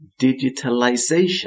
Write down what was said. digitalization